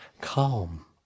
Calm